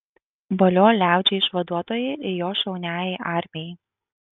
valio liaudžiai išvaduotojai ir jos šauniajai armijai